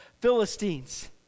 Philistines